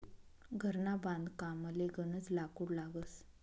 घरना बांधकामले गनज लाकूड लागस